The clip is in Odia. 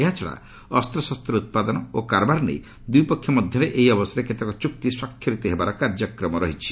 ଏହାଛଡ଼ା ଅସ୍ତ୍ରଶସ୍ତ ଉତ୍ପାଦନ ଓ କାରବାର ନେଇ ଦୁଇପକ୍ଷ ମଧ୍ୟରେ ଏହି ଅବସରରେ କେତେକ ଚୁକ୍ତି ସ୍ୱାକ୍ଷରିତ ହେବାର କାର୍ଯ୍ୟକ୍ରମ ରହିଛି